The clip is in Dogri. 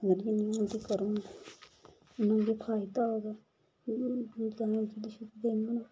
दुद्ध पीना ते करो नां तुसें गै फायदा होग दुद्ध छुद्ध देना होंदा